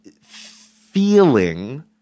feeling